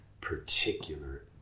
particular